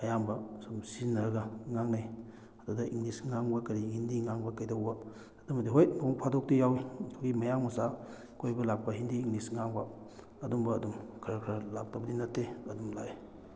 ꯑꯌꯥꯝꯕ ꯁꯨꯝ ꯁꯤꯖꯤꯟꯅꯔꯒ ꯉꯥꯡꯅꯩ ꯑꯗꯨꯗ ꯏꯪꯂꯤꯁ ꯉꯥꯡꯕ ꯀꯔꯤ ꯍꯤꯟꯗꯤ ꯉꯥꯡꯕ ꯀꯩꯗꯧꯕ ꯑꯗꯨꯃꯗꯤ ꯍꯣꯏ ꯅꯣꯡꯐꯥꯗꯣꯛꯇꯤ ꯌꯥꯎꯋꯤ ꯑꯩꯈꯣꯏꯒꯤ ꯃꯌꯥꯡ ꯃꯆꯥ ꯀꯣꯏꯕ ꯂꯥꯛꯄ ꯍꯤꯟꯗꯤ ꯏꯪꯂꯤꯁ ꯉꯥꯡꯕ ꯑꯗꯨꯝꯕ ꯑꯗꯨꯝ ꯈꯔ ꯈꯔ ꯂꯥꯛꯇꯕꯗꯤ ꯅꯠꯇꯦ ꯑꯗꯨꯝ ꯂꯥꯛꯏ